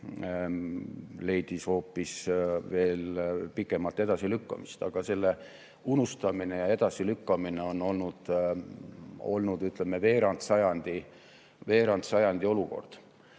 leidis hoopis veel pikemat edasilükkamist. Aga selle unustamine ja edasilükkamine on olnud, ütleme, veerand sajandi olukord.